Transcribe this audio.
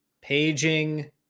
paging